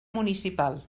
municipal